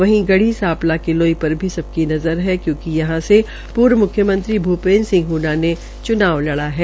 वहीं गढ़ी सांपला किलाई पर भी सबकी नज़र है क्यूंकि यहां से र्प् मुख्यमंत्री भूपेन्द्र सिंह ह्डडा ने चुनाव लड़ा है